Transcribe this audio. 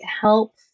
help